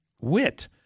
wit